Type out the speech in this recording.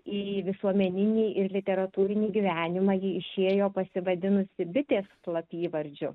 į visuomeninį ir literatūrinį gyvenimą ji išėjo pasivadinusi bitės slapyvardžiu